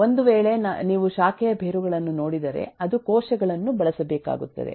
ಒಂದು ವೇಳೆ ನೀವು ಶಾಖೆಯ ಬೇರುಗಳನ್ನು ನೋಡಿದರೆ ಅದು ಕೋಶಗಳನ್ನು ಬಳಸ ಬೇಕಾಗುತ್ತದೆ